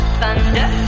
thunder